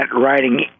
writing